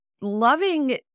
Loving